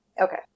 Okay